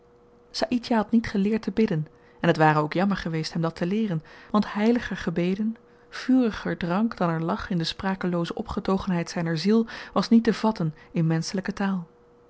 saïdjah had niet geleerd te bidden en t ware ook jammer geweest hem dat te leeren want heiliger gebeden vuriger dank dan er lag in de sprakelooze opgetogenheid zyner ziel was niet te vatten in menschelyke taal